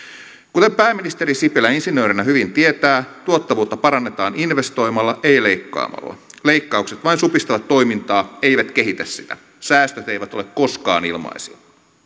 kuten pääministeri sipilä insinöörinä hyvin tietää tuottavuutta parannetaan investoimalla ei leikkaamalla leikkaukset vain supistavat toimintaa eivät kehitä sitä säästöt eivät ole koskaan ilmaisia